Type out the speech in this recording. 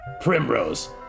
Primrose